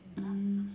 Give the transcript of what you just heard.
mm